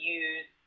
use